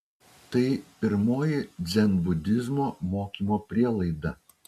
tai pirmoji dzenbudizmo mokymo prielaida